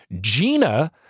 Gina